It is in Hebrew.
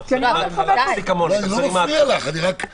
אני לא מפריע לך.